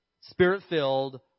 Spirit-filled